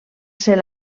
ser